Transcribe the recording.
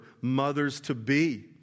mothers-to-be